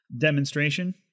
demonstration